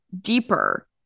deeper